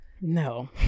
No